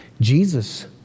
Jesus